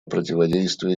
противодействия